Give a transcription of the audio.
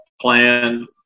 plan